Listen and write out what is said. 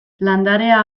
landarea